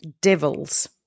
devils